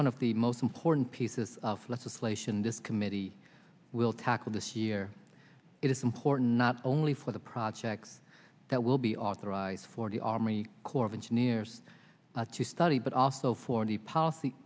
one of the most important pieces of legislation this committee will tackle this year it is important not only for the projects that will be authorized for the army corps of engineers to study but also for the p